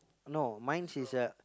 no mine is a